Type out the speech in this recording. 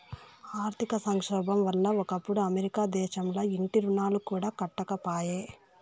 ఆర్థిక సంక్షోబం వల్ల ఒకప్పుడు అమెరికా దేశంల ఇంటి రుణాలు కూడా కట్టకపాయే